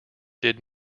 did